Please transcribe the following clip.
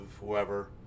whoever